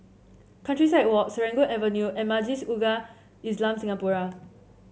Countryside Walk Serangoon Avenue and Majlis Ugama Islam Singapura